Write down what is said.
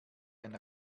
ein